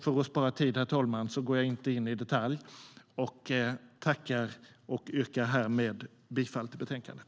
För att spara tid, herr talman, går jag inte in i detalj. Jag yrkar härmed bifall till utskottets förslag i betänkandet.